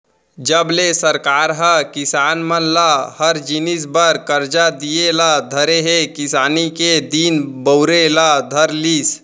जब ले सरकार ह किसान मन ल हर जिनिस बर करजा दिये ल धरे हे किसानी के दिन बहुरे ल धर लिस